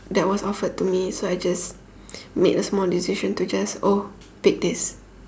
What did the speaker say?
that was offered to me so I just made a small decision to just oh pick this